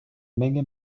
menge